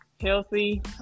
healthy